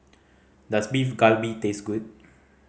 does Beef Galbi taste good